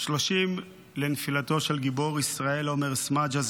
30 לנפילתו של גיבור ישראל עומר סמדג'ה,